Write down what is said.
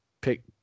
Pick